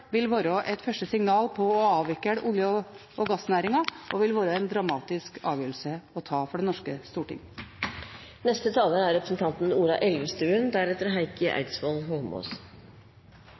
vil være et første signal om å avvikle olje- og gassnæringen og en dramatisk avgjørelse å ta for Det norske storting. Det er